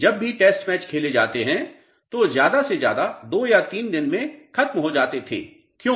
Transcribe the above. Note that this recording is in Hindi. जब भी टेस्ट मैच खेले जाते हैं तो वे ज्यादा से ज्यादा 2 या 3 दिन में खत्म हो जाते थे क्यों